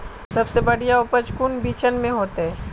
सबसे बढ़िया उपज कौन बिचन में होते?